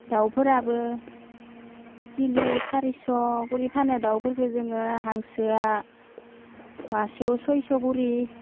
दाउफोराबो किलु सारिस' खरि फानो दाउफोरखौ जोङो हांसोया मासेयाव सइच' खरि